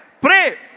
Pray